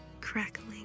crackling